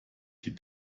die